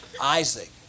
Isaac